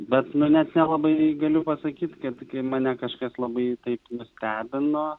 bet nu net nelabai galiu pasakyt kad mane kažkas labai taip nustebino